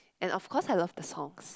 and of course I love the songs